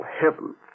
heaven